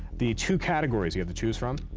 the two categories we have to choose from,